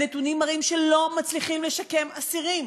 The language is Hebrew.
הנתונים מראים שלא מצליחים לשקם אסירים,